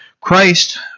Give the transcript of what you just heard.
Christ